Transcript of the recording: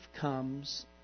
comes